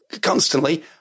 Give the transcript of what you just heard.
constantly